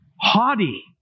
Haughty